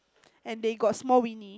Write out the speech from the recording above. and they got small weenie